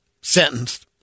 sentenced